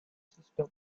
system